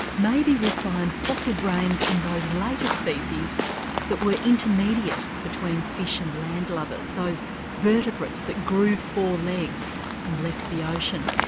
maybe we'll find fossil brains in those later species that were intermediate between fish and land lubbers, those vertebrates that grew four legs and left the ocean.